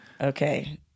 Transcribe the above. Okay